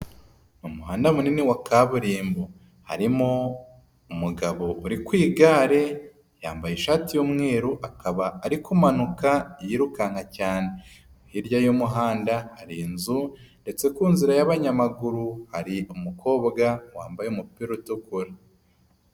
Mu muhanda munini wa kaburimbo harimo umugabo uri ku igare, yambaye ishati y'umweru akaba ari ku manuka yirukanka cyane, hirya y'umuhanda hari inzu ndetse ku nzira y'abanyamaguru hari umukobwa wambaye umupira utukura.